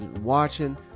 watching